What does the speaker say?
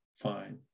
fine